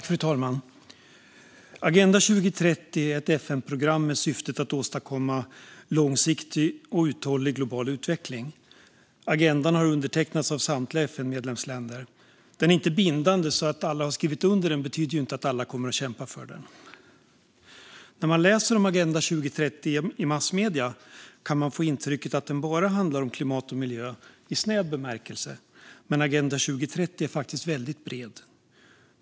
Fru talman! Agenda 2030 är ett FN-program med syfte att åstadkomma långsiktig och uthållig global utveckling. Agendan har undertecknats av samtliga FN-medlemsländer. Den är inte bindande, så att alla har skrivit under den betyder inte att alla kommer att kämpa för den. När man läser om Agenda 2030 i massmedierna kan man få intrycket att den bara handlar om klimat och miljö i snäv bemärkelse, men Agenda 2030 är faktiskt väldigt bred.